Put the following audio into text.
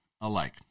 alike